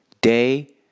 Day